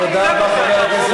זה מה שאתה, אתה פרובוקטור זול.